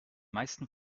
meisten